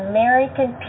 American